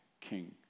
King